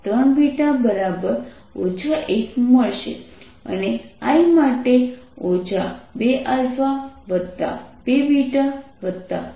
2α3β 1 અને I માટે 2α2βγ0 મળશે